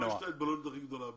איפה יש את ההתבוללות הכי גדולה,